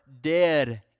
dead